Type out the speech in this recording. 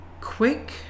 quick